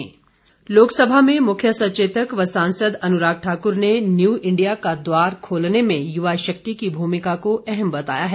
अनुराग ठाकुर लोकसभा में मुख्य सचेतक व सांसद अनुराग ठाकुर ने न्यू इंडिया का द्वार खोलने में युवा शक्ति की भूमिका को अहम बताया है